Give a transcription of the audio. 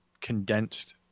condensed